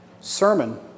sermon